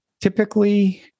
Typically